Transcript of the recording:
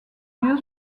dieu